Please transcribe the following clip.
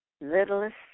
littlest